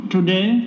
Today